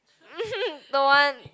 don't want